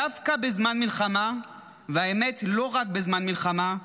דווקא בזמן מלחמה, והאמת היא שלא רק בזמן מלחמה,